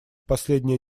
последнее